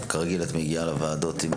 כרגיל את מגיעה לוועדות עם